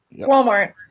Walmart